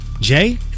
Jay